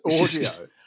audio